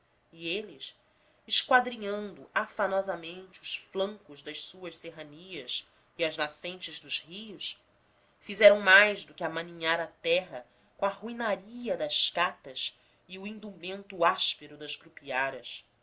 e eles esquadrinhando afanosamente os flancos das suas serranias e as nascentes dos rios fizeram mais do que amaninhar a terra com a ruinaria das catas e o indumento áspero das